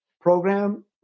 program